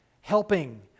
helping